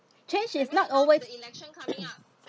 change is not always